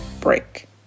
break